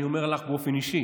ואני אומר לך באופן אישי